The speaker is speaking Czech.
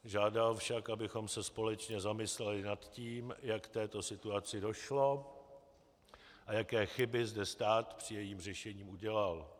Žádal však, abychom se společně zamysleli nad tím, jak k této situaci došlo a jaké chyby zde stát při jejím řešení udělal.